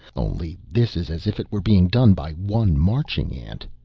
only this is as if it were being done by one marching ant.